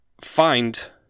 find